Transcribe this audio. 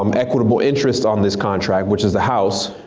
um equitable interest on this contract, which is the house.